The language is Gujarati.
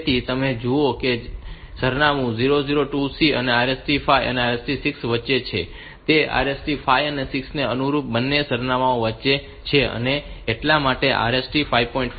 તેથી તમે જુઓ કે સરનામું 002C એ RST 5 અને RST 6 ની વચ્ચે છે તે RST 5 અને 6 ને અનુરૂપ બે સરનામાંઓ વચ્ચે છે અને એટલા માટે તેને RST 5